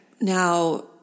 Now